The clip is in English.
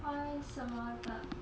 KOI 什么的